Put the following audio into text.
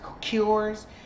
cures